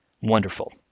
Wonderful